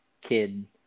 kid